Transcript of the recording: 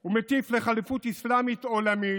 הוא מטיף לחליפות אסלאמית עולמית,